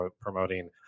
promoting